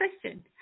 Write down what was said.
question